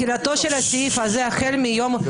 ההסתייגות נפלה.